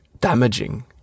damaging